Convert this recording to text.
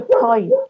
point